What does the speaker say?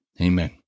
Amen